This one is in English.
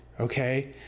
Okay